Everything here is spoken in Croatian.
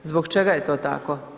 Zbog čega je to tako?